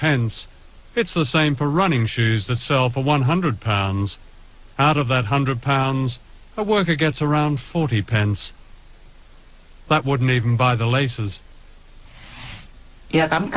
pence it's the same for running shoes that sell for one hundred pounds out of that hundred pounds a worker gets around forty pence but wouldn't even buy the laces yeah i'm